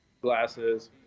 glasses